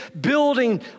building